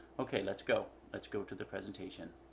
okay, let's go. let's go to the presentation.